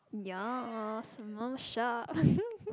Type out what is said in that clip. ya small shark